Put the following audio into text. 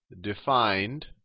defined